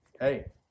Hey